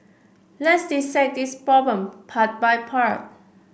let's dissect this problem part by part